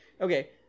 okay